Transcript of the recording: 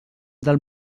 del